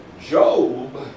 Job